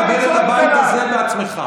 כבד את הבית הזה בעצמך.